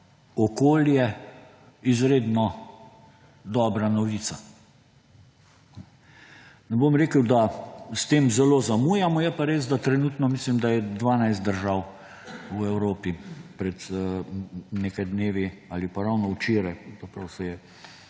okolje izredno dobra novica. Ne bom rekel, da s tem zelo zamujamo, je pa res, da trenutno mislim, da je 12 držav v Evropi –, pred nekaj dnevi ali pa ravno včeraj se je